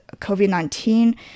COVID-19